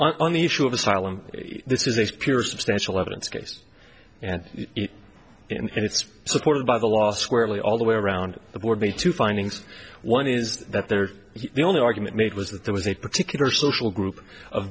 ok on the issue of asylum this is a pure substantial evidence case and and it's supported by the law squarely all the way around the board me to findings one is that there are the only argument made was that there was a particular social group of